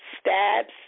stabs